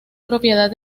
propiedad